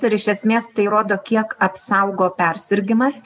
ir iš esmės tai rodo kiek apsaugo persirgimas